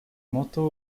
motto